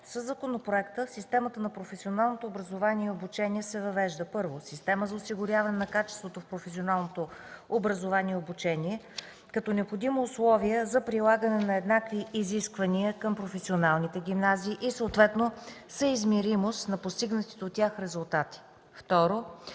Със законопроекта в системата на професионалното образование и обучение се въвежда: 1. Система за осигуряване на качеството в професионалното образование и обучение като необходимо условие за прилагане на еднакви изисквания към професионалните гимназии и съответно съизмеримост на постигнатите от тях резултати.